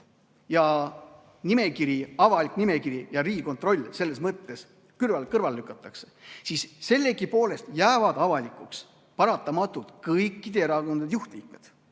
ja nimekiri, avalik nimekiri ja riigi kontroll selles mõttes kõrvale lükatakse, siis sellegipoolest jäävad paratamatult avalikustatuks kõikide erakondade juhtliikmed.